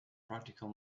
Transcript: practical